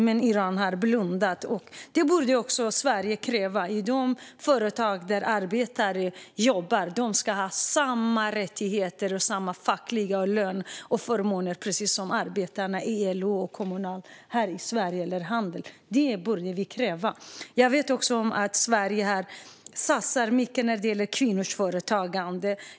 Men Iran har blundat. Sverige borde kräva att arbetare i de företag som jobbar där ska ha samma rättigheter och samma fackliga förmåner och löneförmåner som arbetarna i LO och Kommunal eller Handels här i Sverige. Det borde vi kräva. Jag vet att Sverige satsar mycket när det gäller kvinnors företagande.